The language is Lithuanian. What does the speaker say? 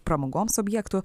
pramogoms objektų